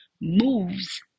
moves